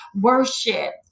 worship